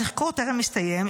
התחקור טרם הסתיים.